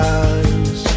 eyes